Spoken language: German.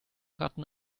ratten